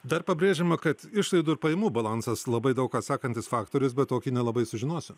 dar pabrėžiama kad išlaidų ir pajamų balansas labai daug ką sakantis faktorius bet tokį nelabai sužinosim